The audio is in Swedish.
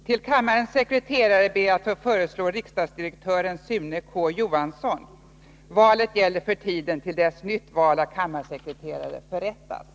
Till kammarens sekreterare ber jag att få föreslå riksdagsdirektören Sune K. Johansson. Valet gäller för tiden till dess nytt val av kammarsekreterare förrättas.